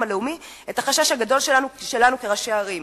הלאומי את החשש הגדול שלנו כראשי ערים,